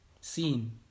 seen